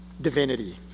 divinity